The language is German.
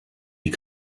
die